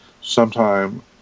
sometime